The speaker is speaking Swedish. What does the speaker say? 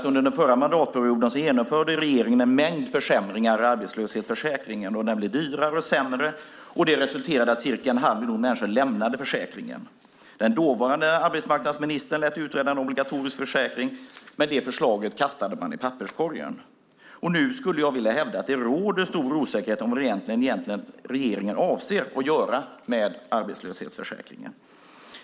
Under den förra mandatperioden genomförde regeringen en mängd försämringar av arbetslöshetsförsäkringen. Den blev dyrare och sämre. Det resulterade i att ca en halv miljon människor lämnade försäkringen. Den dåvarande arbetsmarknadsministern lät utreda en obligatorisk försäkring, men det förslaget kastade man i papperskorgen. Nu skulle jag vilja hävda att det råder stor osäkerhet om vad regeringen egentligen avser att göra med arbetslöshetsförsäkringen.